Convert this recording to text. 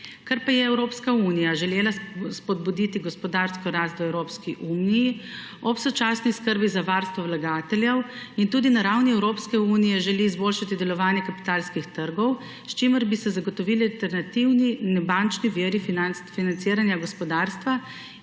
Ker pa je Evropska unija želela spodbuditi gospodarsko rast v Evropski uniji ob sočasni skrbi za varstvo vlagateljev in tudi na ravni Evropske unije želi izboljšati delovanje kapitalskih trgov, s čimer bi se zagotovili alternativni bančni viri financiranja gospodarstva,